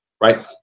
right